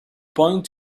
point